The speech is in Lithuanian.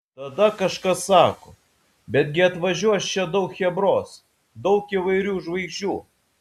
tada kažkas sako bet gi atvažiuos čia daug chebros daug įvairių žvaigždžių